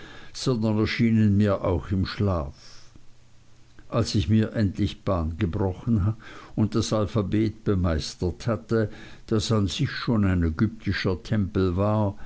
mir auch im schlaf als ich mir endlich bahn gebrochen und das alphabet bemeistert hatte das an sich schon ein ägyptischer tempel war